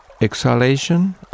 Exhalation